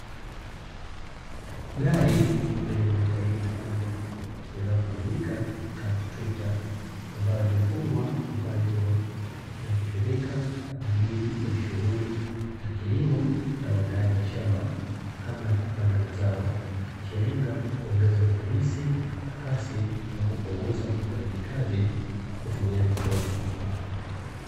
Gari lenye matairi makubwa linayofahamika kama trekta, ambalo limefungwa kifaa nyuma kinachotumika kwa ajili ya shughuli za kilimo, na uandaaji wa shamba kabla ya kupanda mazao. Likilenga kuongeza ufanisi, kasi na kupunguza wafanyaji kazi kwa kutumia mikono.